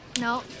No